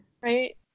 Right